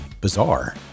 bizarre